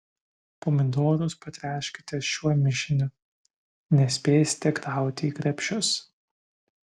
pomidorus patręškite šiuo mišiniu nespėsite krauti į krepšius